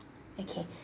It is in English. okay